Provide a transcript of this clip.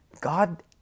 God